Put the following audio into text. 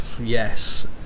Yes